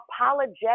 apologetic